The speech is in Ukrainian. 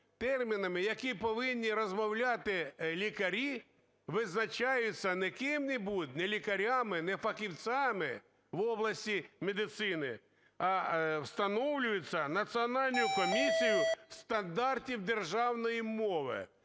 термінами, якими повинні розмовляти лікарі, визначаються не ким-небудь, не лікарями, не фахівцями в області медицини, а встановлюються Національною комісією стандартів державної мови?